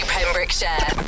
Pembrokeshire